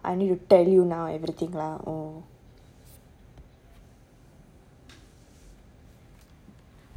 I need to tell you now everything lah or